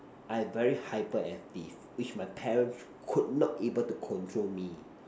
I very hyperactive which my parents could not able to control me